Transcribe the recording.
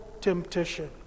temptation